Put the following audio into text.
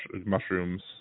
mushrooms